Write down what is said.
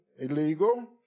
illegal